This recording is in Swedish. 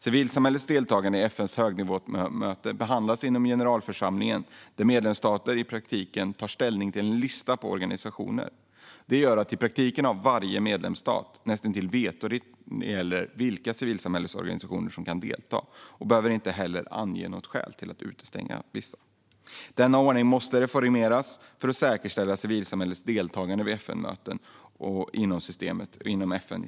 Civilsamhällets deltagande i FN:s högnivåmöten behandlas inom generalförsamlingen, där medlemsstaterna tar ställning till en lista på organisationer. Det gör att varje medlemsstat i praktiken har näst intill vetorätt när det gäller vilka civilsamhällesorganisationer som får delta. Man behöver inte heller ange något skäl till att utestänga vissa. Denna ordning måste reformeras för att säkerställa civilsamhällets deltagande vid FN-möten och inom FN-systemet i stort.